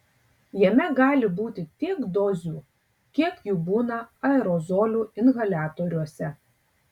jame gali būti tiek dozių kiek jų būna aerozolių inhaliatoriuose